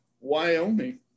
wyoming